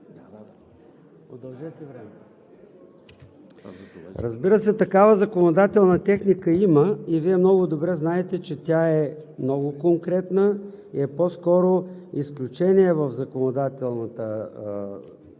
Разбира се, такава законодателна техника има и Вие много добре знаете, че тя е много конкретна и е по-скоро изключение в начина, по